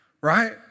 right